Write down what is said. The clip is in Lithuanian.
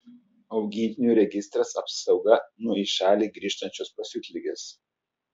augintinių registras apsauga nuo į šalį grįžtančios pasiutligės